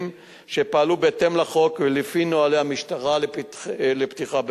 שפעלו בהתאם לחוק ולפי נוהלי המשטרה לפתיחה באש.